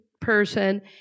person